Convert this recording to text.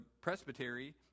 presbytery